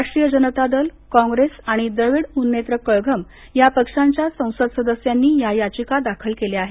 राष्ट्रीय जनता दल काँग्रेस आणि द्रविड मुनेत्र कळघम या पक्षांच्या संसद सदस्यांनी या याचिका दाखल केल्या आहेत